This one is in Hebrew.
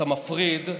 את המפריד נניח,